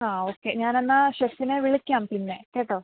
ആ ഓക്കെ ഞാനെന്നാല് ഷെഫിനെ വിളിക്കാം പിന്നെ കേട്ടോ